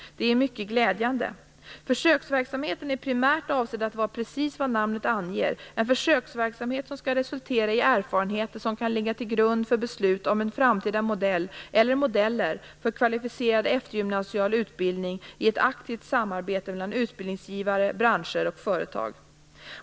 Det är mycket glädjande. Försöksverksamheten är primärt avsedd att vara precis vad namnet anger, en försöksverksamhet som skall resultera i erfarenheter som kan ligga till grund för beslut om en framtida modell eller modeller för kvalificerad eftergymnasial utbildning i ett aktivt samarbete mellan utbildningsgivare, branscher och företag.